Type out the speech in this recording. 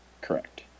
Correct